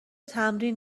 تمرین